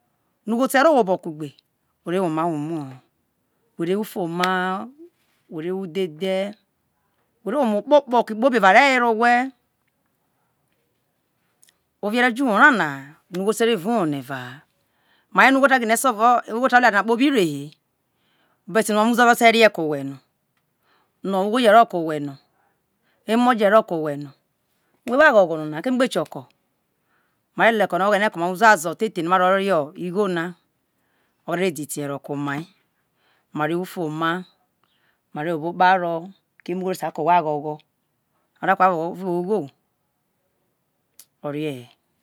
No ugho te ro we obo kugbe ure woma ho umuuho were wo ufuoma wo udhedhe were wo omo kpo kpo esikpo bi omare were owhe ovie re jo uwo ra na ha no ugho te ro evao uwo na eva ha marie na so ugho se ku eware na kpobi re he but omamo uzuazo te rie ugho je rie ko whe no emo je ro ko whe no we wo a ghogho no na eme gbe kioko ma re le re oghene ko mai uzuazo uzuazo the the maro rio igho na ore diti he ro ko o mai mare ufuoma mare wo obokparo keme ugho ore sai ko owho aghogho oware no o to wo vu ugho orie he